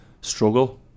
struggle